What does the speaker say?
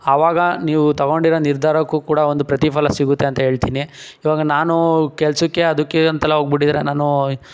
ಆವಾಗ ನೀವು ತೊಗೊಂಡಿರೋ ನಿರ್ಧಾರಕ್ಕೂ ಕೂಡ ಒಂದು ಪ್ರತಿಫಲ ಸಿಗುತ್ತೆ ಅಂತ ಹೇಳ್ತೀನಿ ಇವಾಗ ನಾನೂ ಕೆಲ್ಸಕ್ಕೆ ಅದಕ್ಕೆ ಅಂತೆಲ್ಲ ಹೋಗ್ಬುಟಿದ್ರೆ ನಾನು